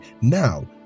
Now